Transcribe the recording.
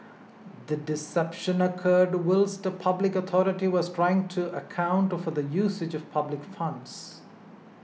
the deception occurred whilst a public authority was trying to account for the usage of public funds